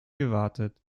gewartet